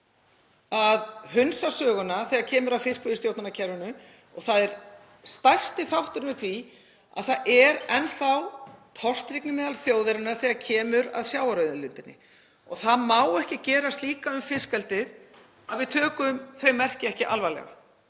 að hunsa söguna þegar kemur að fiskveiðistjórnarkerfinu. Það er stærsti þátturinn í því að það er enn þá tortryggni meðal þjóðarinnar þegar kemur að sjávarauðlindinni. Það má ekki gerast líka með fiskeldið að við tökum þau merki ekki alvarlega,